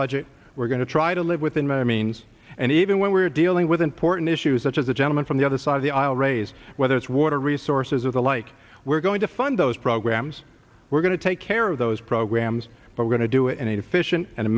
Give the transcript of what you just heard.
budget we're going to try to live within my means and even when we're dealing with important issues such as the gentleman from the other side of the aisle raise whether it's water resources or the like we're going to fund those programs we're going to take care of those programs but going to do it and efficient and